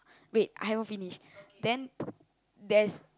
wait I haven't finish then there's